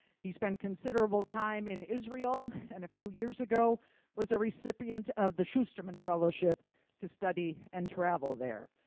he spent considerable time in israel and a few years ago was a recipient of the schusterman fellowship to study and travel there.